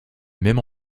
même